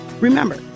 Remember